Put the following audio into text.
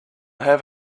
have